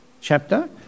chapter